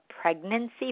pregnancy